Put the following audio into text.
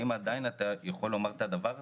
האם עדיין אתה יכול לומר את הדבר הזה?